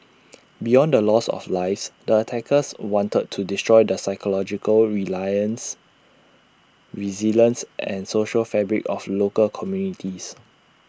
beyond the loss of lives the attackers wanted to destroy the psychological realization resilience and social fabric of local communities